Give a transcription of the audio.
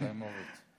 חיימוביץ'.